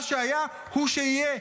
מה שהיה הוא שיהיה.